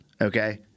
okay